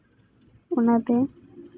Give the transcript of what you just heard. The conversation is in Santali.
ᱚᱱᱟᱛᱮ